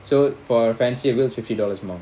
so for fancy wheels it was fifty dollars more